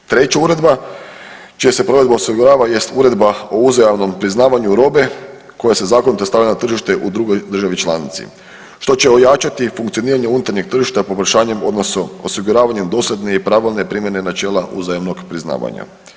Treća uredba čija se provedba osigurava jest uredba o uzajamnom priznavanju robe koja se zakonito stavlja na tržište u drugoj državi članici što će ojačati funkcioniranje unutarnjeg tržišta poboljšanjem, odnosno osiguravanjem dosljedne i pravilne primjene načela uzajamnog priznavanja.